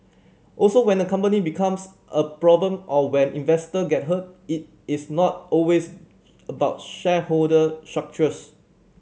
also when a company becomes a problem or when investor get hurt it is not always about shareholder structures